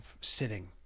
sitting